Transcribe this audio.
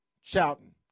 shouting